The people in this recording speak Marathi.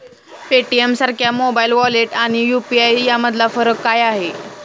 पेटीएमसारख्या मोबाइल वॉलेट आणि यु.पी.आय यामधला फरक काय आहे?